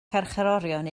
carcharorion